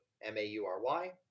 M-A-U-R-Y